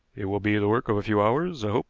it will be the work of a few hours, i hope,